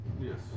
Yes